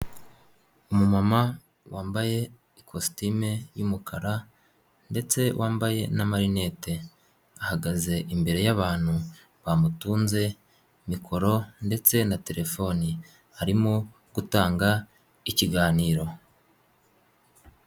Umumama wambaye ikositime y'umukara ndetse wambaye n'amarinete ahagaze imbere y'abantu bamutunze mikoro ndetse na terefone arimo gutanga ikiganiro.